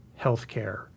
healthcare